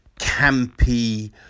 campy